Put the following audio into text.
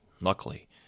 Luckily